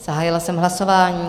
Zahájila jsem hlasování.